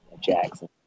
Jackson